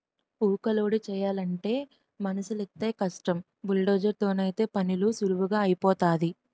ఊక లోడు చేయలంటే మనుసులైతేయ్ కష్టం బుల్డోజర్ తోనైతే పనీసులువుగా ఐపోతాది